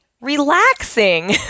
Relaxing